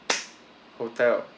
hotel